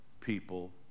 people